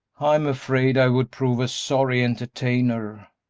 i'm afraid i would prove a sorry entertainer,